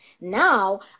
now